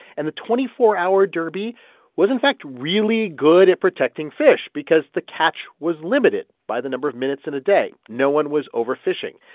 and the twenty four hour derby was, in fact, really good at protecting fish because the catch was limited by the number of minutes in a day. no one was overfishing.